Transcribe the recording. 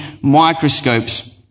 microscopes